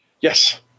yes